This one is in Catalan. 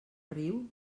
riu